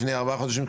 לפני ארבעה חודשים,